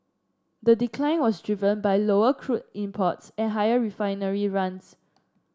the decline was driven by lower crude imports and higher refinery runs